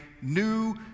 new